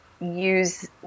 use